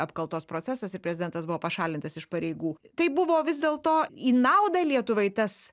apkaltos procesas ir prezidentas buvo pašalintas iš pareigų tai buvo vis dėl to į naudą lietuvai tas